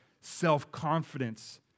self-confidence